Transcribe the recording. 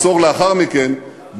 עשור לאחר מכן,